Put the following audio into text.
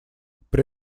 при